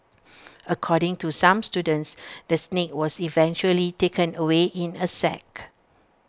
according to some students the snake was eventually taken away in A sack